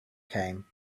came